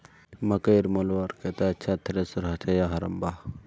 मकई मलवार केते अच्छा थरेसर होचे या हरम्बा?